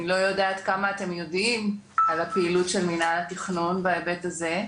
אני לא יודעת כמה אתם יודעים על הפעילות של מינהל התכנון בהיבט הזה,